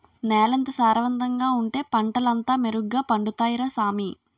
నేలెంత సారవంతంగా ఉంటే పంటలంతా మెరుగ్గ పండుతాయ్ రా సామీ